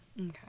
okay